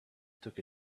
took